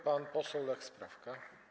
Pan poseł Lech Sprawka.